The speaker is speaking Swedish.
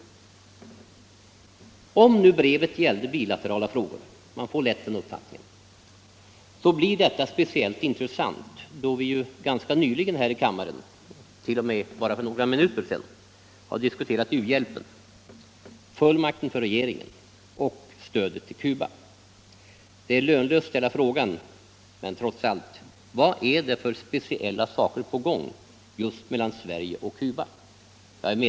29 april 1975 Om nu brevet gällde bilaterala frågor — man får lätt den uppfattningen — blir detta speciellt intressant, då vi ju ganska nyligen här i kammaren Granskning av — senast för bara några minuter sedan — diskuterat u-hjälpen, fullmakt = statsrådens för regeringen och stödet till Cuba. Jag är medveten om att det är lönlöst — tjänsteutövning att ställa frågan men jag gör det trots allt: Vad är det för speciella saker — m.m. på gång just mellan Sverige och Cuba?